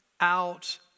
out